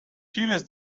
jeeves